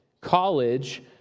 college